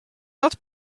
not